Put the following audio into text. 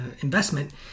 investment